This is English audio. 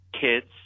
kids